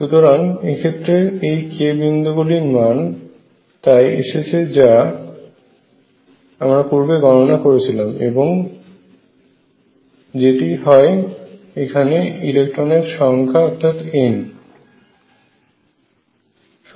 সুতরাং এক্ষেত্রে এই k বিন্দু গুলির মান তাই এসেছে যা আমরা পূর্বে গণনা করেছিলাম এবং যেটি হয় এখানে ইলেকট্রনের সংখ্যা অর্থাৎ N